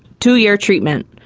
two-year treatment,